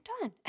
done